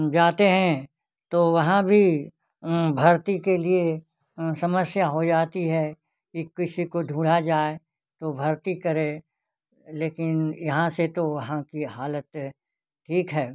जाते हैं तो वहाँ भी भर्ती के लिए समस्या हो जाती है कि किसी को ढूँढ़ा जाए तो भर्ती करे लेकिन यहाँ से तो वहाँ की हालत ठीक है